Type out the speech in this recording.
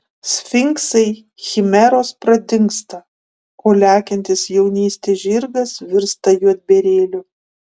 sfinksai chimeros pradingsta o lekiantis jaunystės žirgas virsta juodbėrėliu